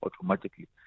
automatically